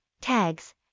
tags